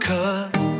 Cause